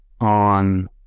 on